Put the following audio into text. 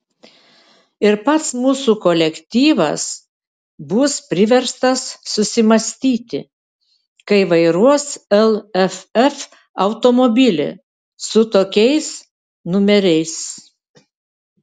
ir pats mūsų kolektyvas bus priverstas susimąstyti kai vairuos lff automobilį su tokiais numeriais